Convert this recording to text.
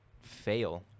fail